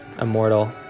immortal